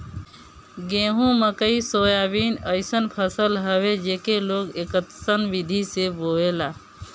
गेंहू, मकई, सोयाबीन अइसन फसल हवे जेके लोग एकतस्सन विधि से बोएला